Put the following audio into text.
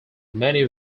many